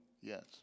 Yes